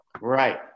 Right